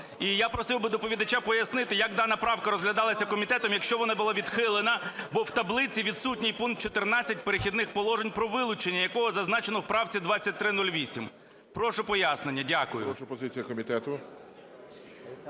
І я просив би доповідача пояснити, як дана правка розглядалася комітетом, якщо вона була відхилена, бо в таблиці відсутній пункт 14 "Перехідних положень" про вилучення, як було зазначено в правці 2308. Прошу пояснення. Дякую.